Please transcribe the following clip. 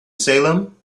salem